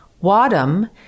Wadham